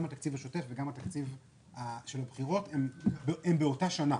גם התקציב השוטף וגם התקציב של הבחירות הם באותה שנה.